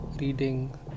reading